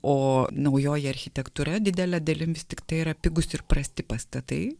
o naujoji architektūra didele dalim vis tiktai yra pigūs ir prasti pastatai